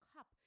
Cup